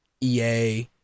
EA